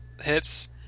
hits